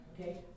okay